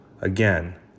Again